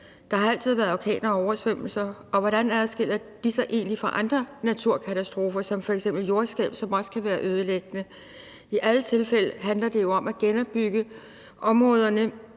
Der har altid været orkaner og oversvømmelser, og hvordan adskiller de sig egentlig fra andre naturkatastrofer som f.eks. jordskælv, som også kan være ødelæggende? I alle tilfælde handler det jo om at genopbygge områderne